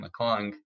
McClung